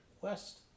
West